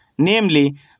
namely